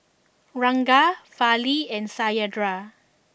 Ranga Fali and Satyendra